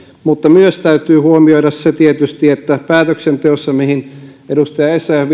mutta myös täytyy huomioida tietysti se että sitten päätöksenteossa ja rahoituksessa mihin edustaja essayah